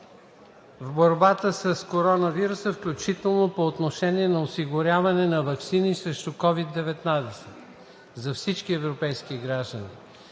в борбата с коронавируса, включително по отношение на осигуряване на ваксина срещу СOVID-19 за всички европейски граждани.